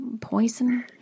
poison